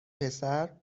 پسر